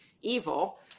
evil